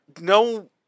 no